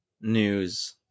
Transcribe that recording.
news